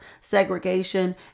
segregation